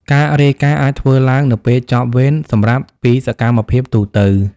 ការរាយការណ៍អាចធ្វើឡើងនៅពេលចប់វេន សម្រាប់ពីសកម្មភាពទូទៅ។